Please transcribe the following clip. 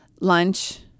lunch